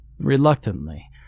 Reluctantly